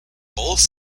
both